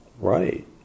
Right